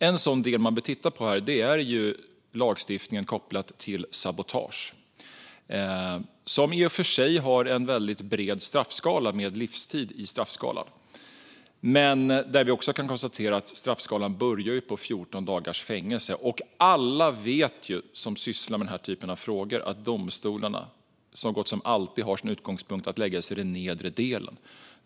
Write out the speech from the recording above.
En del som man vill titta på är lagstiftningen gällande sabotage. Den har i och för sig en väldigt bred straffskala där livstid ingår. Men vi kan också konstatera att straffskalan börjar på 14 dagars fängelse. Alla som sysslar med den här typen av frågor vet att domstolarna så gott som alltid har som utgångspunkt att de ska lägga sig i den nedre delen av straffskalan.